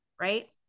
right